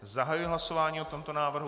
Zahajuji hlasování o tomto návrhu.